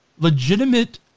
legitimate